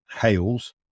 Hales